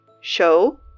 Show